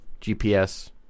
gps